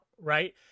right